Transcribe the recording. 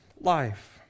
life